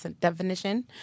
definition